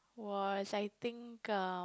was I think uh